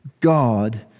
God